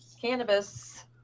cannabis